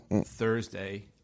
Thursday